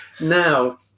Now